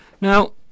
Now